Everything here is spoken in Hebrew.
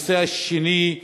הנושא השני,